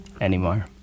anymore